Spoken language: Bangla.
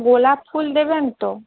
গোলাপ ফুল দেবেন তো